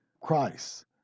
Christ